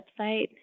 website